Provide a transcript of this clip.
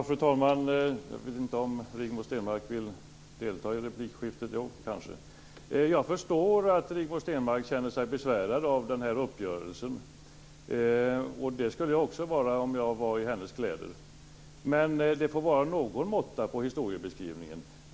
Fru talman! Jag vet inte om Rigmor Stenmark vill delta i replikskiftet. Jo, kanske. Jag förstår att Rigmor Stenmark känner sig besvärad av den här uppgörelsen. Det skulle jag också göra om jag var i hennes kläder. Men det får vara någon måtta på historiebeskrivningen.